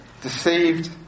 deceived